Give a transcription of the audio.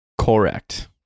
correct